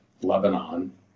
Lebanon